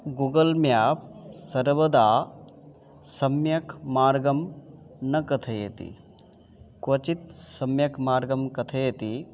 Google map सर्वदा सम्यक् मार्गं न कथयति क्वचित् सम्यक् मार्गं कथयति